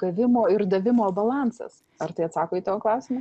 gavimo ir davimo balansas ar tai atsako į tavo klausimą